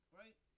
right